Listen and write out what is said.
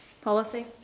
policy